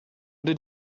did